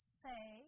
say